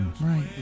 Right